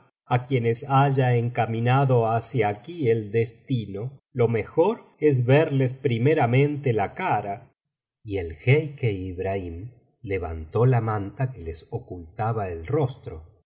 á quienes haya encaminado hacía aquí el destino lo mejor es verles primeramente la cara y el jeique ibrahím levantó la manta que les ocultaba el rostro y